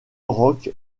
rock